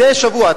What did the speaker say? מדי שבוע,